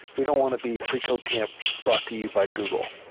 we don't want to be freecodecamp brought to you by google.